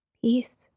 Peace